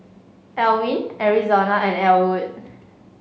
Alwin Arizona and Elwood